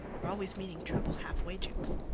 are always meeting trouble half way, jukes,